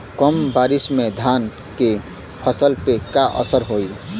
कम बारिश में धान के फसल पे का असर होई?